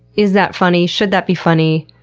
is that funny? should that be funny?